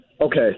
okay